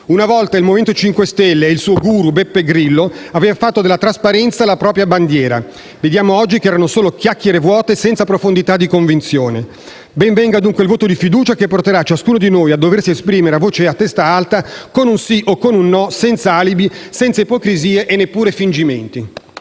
Una volta il Movimento 5 Stelle e il suo guru, Beppe Grillo, avevano fatto della trasparenza la propria bandiera. Vediamo oggi che erano solo chiacchiere vuote, senza profondità di convinzione. Ben venga, dunque, il voto di fiducia, che porterà ciascuno di noi a doversi esprimere a voce e a testa alta con un sì o con un no, senza alibi, senza ipocrisie e neppure infingimenti.